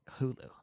Hulu